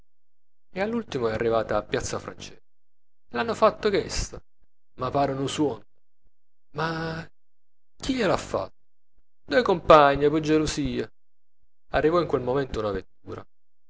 e all'ultimo è arrivata a piazza francese e l'hanno fatto chesto me pare nu suonno ma chi glie l'ha fatto doie cumpagne pe gelusia arrivò in quel momento una vettura